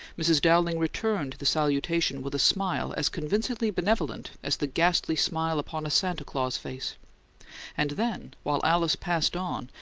mrs. dowling returned the salutation with a smile as convincingly benevolent as the ghastly smile upon a santa claus face and then, while alice passed on,